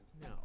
No